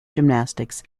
gymnastics